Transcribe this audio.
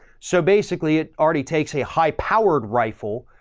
so basically it already takes a high powered rifle.